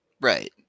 Right